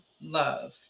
love